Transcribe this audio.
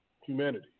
humanity